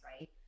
right